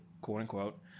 quote-unquote